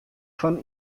fan